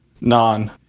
Non